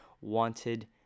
wanted